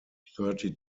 thirty